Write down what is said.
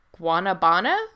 guanabana